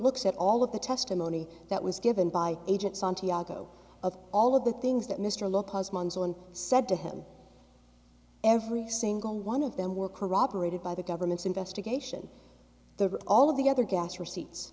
looks at all of the testimony that was given by agent santiago of all of the things that mr look said to him every single one of them were corroborated by the government's investigation the all of the other gas receipts